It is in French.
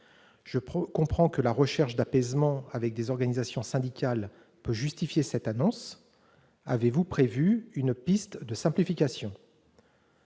Je comprends que la recherche d'un apaisement avec les organisations syndicales puisse justifier cette annonce. Mais avez-vous prévu une piste de simplification ?